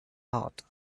heart